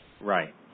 Right